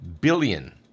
billion